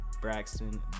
Braxton